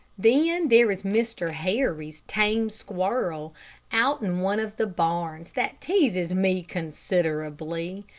then there is mr. harry's tame squirrel out in one of the barns that teases me considerably.